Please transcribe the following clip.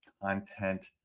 content